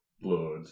blood